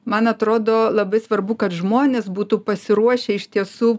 man atrodo labai svarbu kad žmonės būtų pasiruošę iš tiesų